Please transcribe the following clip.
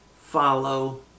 follow